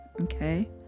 okay